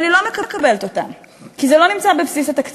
אבל היא לא מקבלת אותם כי זה לא נמצא בבסיס התקציב,